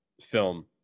film